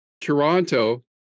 Toronto